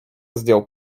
zdjął